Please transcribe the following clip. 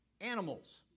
Animals